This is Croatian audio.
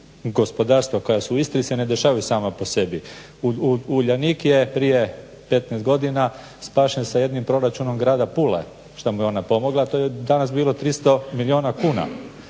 gospodarstva koja su u Istri se ne dešavaju sama po sebi. Uljanik je prije 15 godina spašen sa jednim proračunom Grada Pule šta mu je ona pomogla, a to je danas bilo 300 milijuna kuna.